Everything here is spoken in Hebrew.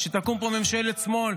שתקום פה ממשלת שמאל,